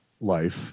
life